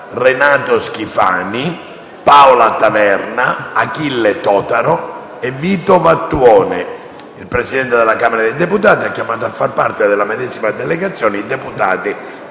Renato Schifani, Paola Taverna, Achille Totaro e Vito Vattuone. Il Presidente della Camera dei deputati ha chiamato a far parte della medesima delegazione i deputati